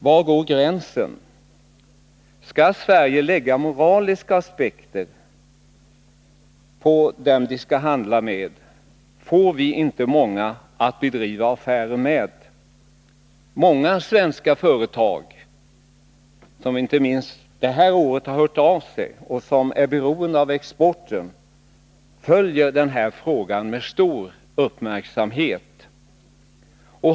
Var går gränsen? Skall Sverige lägga moraliska aspekter på vilka vi skall handla med, får vi inte många att bedriva affärer med. Många svenska företag, som inte minst under det här året har hört av sig och som är beroende av exporten, följer den här frågan med stor uppmärksamhet.